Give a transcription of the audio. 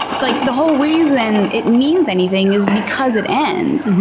like, the whole reason it means anything is because it ends.